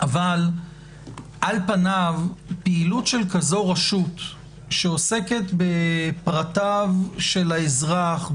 אבל על פניו פעילות של כזו רשות שעוסקת בפרטיו של האזרח,